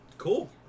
Cool